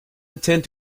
intend